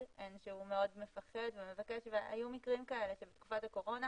הן שהוא מאוד מפחד והיו מקרים כאלה שבתקופת הקורונה